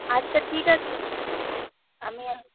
আচ্ছা ঠিক আছে আমি